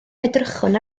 edrychwn